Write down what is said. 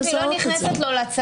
דבי, לא נכנסת לו לצלחת.